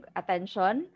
attention